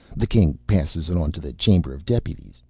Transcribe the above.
the king passes it on to the chamber of deputies.